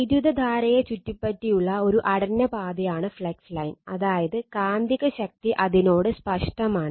വൈദ്യുതധാരയെ ചുറ്റിപ്പറ്റിയുള്ള ഒരു അടഞ്ഞ പാതയാണ് ഫ്ലക്സ് ലൈൻ അതായത് കാന്തികശക്തി അതിനോട് സ്പഷ്ടമാണ്